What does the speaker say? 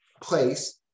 place